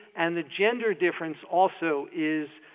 and the gender difference also is,